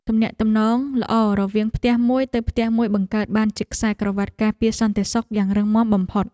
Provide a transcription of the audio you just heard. ទំនាក់ទំនងល្អរវាងផ្ទះមួយទៅផ្ទះមួយបង្កើតបានជាខ្សែក្រវាត់ការពារសន្តិសុខយ៉ាងរឹងមាំបំផុត។